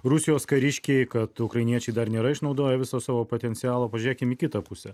rusijos kariškiai kad ukrainiečiai dar nėra išnaudoję viso savo potencialo pažiūrėkim į kitą pusę